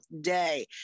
day